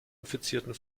infizierten